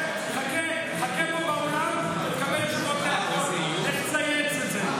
חבר הכנסת עמית הלוי, אתה רוצה לסכם?